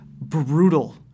brutal